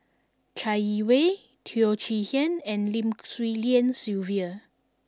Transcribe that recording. Chai Yee Wei Teo Chee Hean and Lim Swee Lian Sylvia